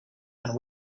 and